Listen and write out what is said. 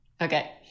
Okay